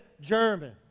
German